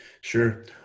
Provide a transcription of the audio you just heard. Sure